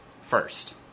first